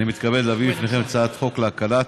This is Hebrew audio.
אני מתכבד להביא בפניכם הצעת חוק להקלת